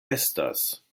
estas